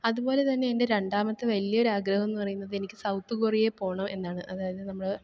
അതുപോലെതന്നെ എൻറെ രണ്ടാമത്തെ വലിയൊരാഗ്രഹമെന്ന് പറയുന്നത് എനിക്ക് സൗത്ത് കൊറിയയില് പോകണമെന്നാണ് അതായത് നമ്മള്